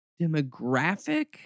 demographic